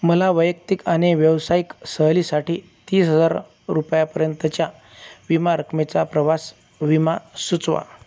मला वैयक्तिक आणि व्यावसायिक सहलीसाठी तीस हजार रुपयापर्यंतच्या विमा रकमेचा प्रवास विमा सुचवा